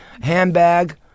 handbag